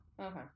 Okay